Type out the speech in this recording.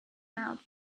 mouth